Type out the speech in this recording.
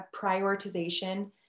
prioritization